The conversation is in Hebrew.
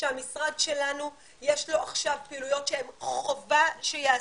שלמשרד שלנו יש עכשיו פעילויות שהן חובה שייעשו,